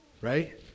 right